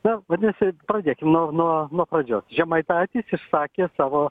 na vadinasi pradėkim nuo nuo nuo pradžios žemaitaitis išsakė savo